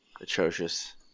atrocious